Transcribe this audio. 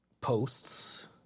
posts